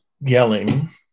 yelling